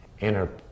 inner